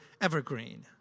evergreen